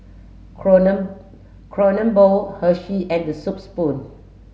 Kronen Kronenbourg Hershey and The Soup Spoon